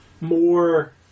more